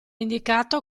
indicato